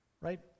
right